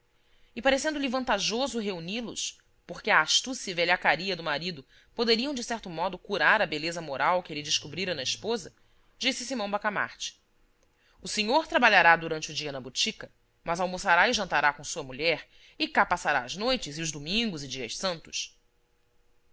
e parecendo-lhe vantajoso reuni los porque a astúcia e velhacaria do marido poderiam de certo modo curar a beleza moral que ele descobrira na esposa disse simão bacamarte o senhor trabalhará durante o dia na botica mas almoçará e jantará com sua mulher e cá passará as noites e os domingos e dias santos